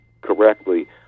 correctly